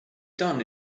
done